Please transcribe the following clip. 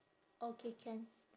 okay can